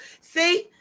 See